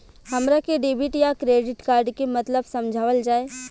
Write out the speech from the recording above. हमरा के डेबिट या क्रेडिट कार्ड के मतलब समझावल जाय?